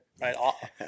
Right